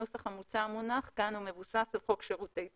הנוסח המוצע המונח כאן מבוסס על חוק שירותי תשלום.